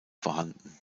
vorhanden